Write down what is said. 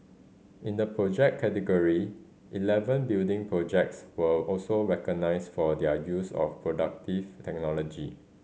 in the project category eleven building projects were also recognised for their use of productive technology